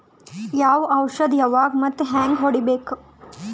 ಯಾವ ಔಷದ ಯಾವಾಗ ಮತ್ ಹ್ಯಾಂಗ್ ಹೊಡಿಬೇಕು?